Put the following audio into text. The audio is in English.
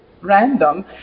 random